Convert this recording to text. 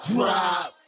Drop